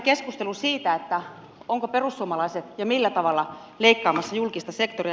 keskustelu siitä onko perussuomalaiset ja millä tavalla leikkaamassa julkista sektoria